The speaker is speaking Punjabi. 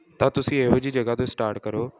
ਤਾਂ ਤੁਸੀਂ ਇਹੋ ਜਿਹੀ ਜਗ੍ਹਾ 'ਤੇ ਸਟਾਰਟ ਕਰੋ